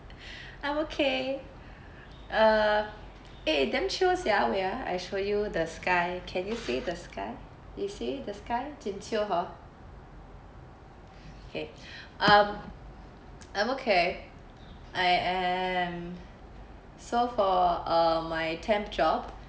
I'm okay uh eh damn chio sia wait ah I show you the sky can you see the sky you see the sky jin chio hor okay um I'm okay I am so far my temp job